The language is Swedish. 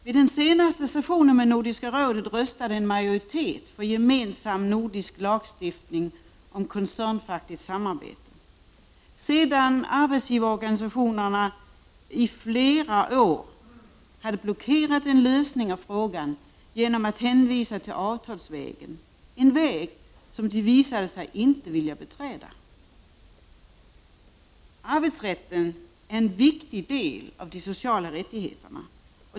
Vid den senaste sessionen med Nordiska rådet röstade en majoritet för gemensam nordisk lagstiftning om koncernfackligt samarbete. Arbetsgivareorganisationerna har i flera år blockerat en lösning av frågan genom att hänvisa till avtalsvägen, en väg som de visade sig inte vilja beträda. Arbetsrätten utgör en viktig del av de sociala rättigheterna.